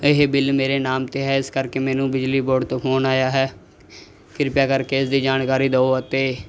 ਇਹ ਬਿੱਲ ਮੇਰੇ ਨਾਮ 'ਤੇ ਹੈ ਇਸ ਕਰਕੇ ਮੈਨੂੰ ਬਿਜਲੀ ਬੋਰਡ ਤੋਂ ਫੋਨ ਆਇਆ ਹੈ ਕਿਰਪਾ ਕਰਕੇ ਇਸ ਦੀ ਜਾਣਕਾਰੀ ਦਿਓ ਅਤੇ